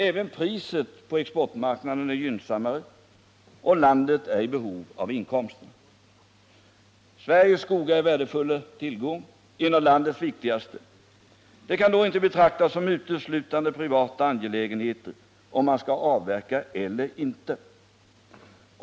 Även priset på exportmarknaden är gynnsammare, och landet är i behov av inkomsterna. Sveriges skogar är en värdefull tillgång — en av landets viktigaste. Det kan då inte betraktas som uteslutande privata angelägenheter att bedöma om man skall avverka eller inte.